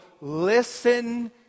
Listen